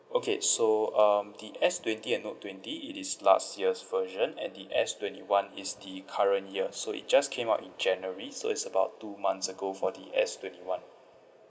okay so um the S twenty and note twenty it is last year's version and the S twenty one is the current year so it just came out in january so it's about two months ago for the S twenty one